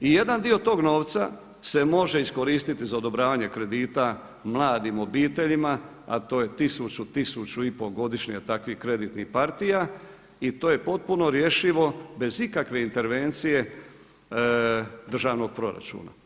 I jedan dio tog novca se može iskoristiti za odobravanje kredita mladim obiteljima, a to je 1000, 1000 i pol godišnje takvih kreditnih partija i to je potpuno rješivo bez ikakve intervencije državnog proračuna.